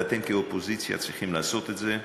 ואתם כאופוזיציה צריכים לעשות את זה,